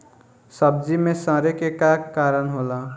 सब्जी में सड़े के का कारण होला?